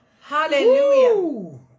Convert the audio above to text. Hallelujah